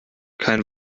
kein